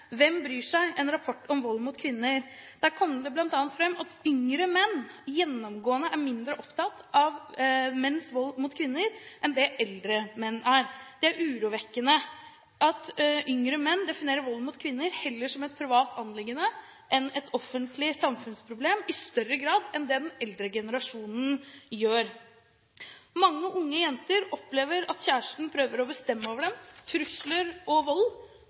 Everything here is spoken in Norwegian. Hvem bryr seg? En rapport om menns holdninger til vold mot kvinner. Der kom det bl.a. fram at yngre menn gjennomgående er mindre opptatt av menns vold mot kvinner enn det eldre menn er. Det er urovekkende at yngre menn definerer vold mot kvinner heller som et privat anliggende enn et offentlig samfunnsproblem i større grad enn det den eldre generasjonen gjør. Mange unge jenter opplever at kjæresten prøver å bestemme over dem, trusler og